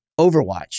overwatch